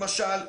למשל,